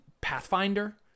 Pathfinder